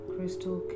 Crystal